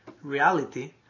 reality